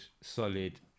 solid